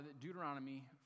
Deuteronomy